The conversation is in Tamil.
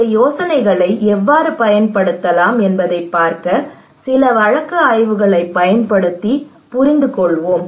இந்த யோசனைகளை எவ்வாறு பயன்படுத்தலாம் என்பதைப் பார்க்க சில வழக்கு ஆய்வுகளைப் பயன்படுத்தி புரிந்துகொள்வோம்